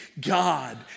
God